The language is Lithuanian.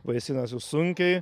vaisinasi sunkiai